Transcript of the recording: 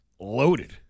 loaded